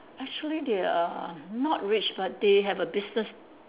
actually they are not rich but they have a business